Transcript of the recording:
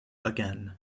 again